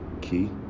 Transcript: key